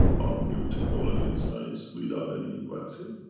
our new technology and science without any vaccine.